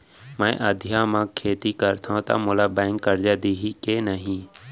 मैं अधिया म खेती करथंव त मोला बैंक करजा दिही के नही?